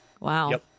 Wow